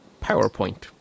PowerPoint